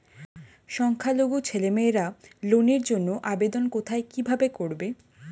সংখ্যালঘু ছেলেমেয়েরা লোনের জন্য আবেদন কোথায় কিভাবে করবে?